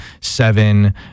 Seven